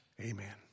amen